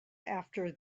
after